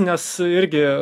nes irgi